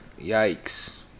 Yikes